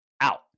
out